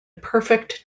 perfect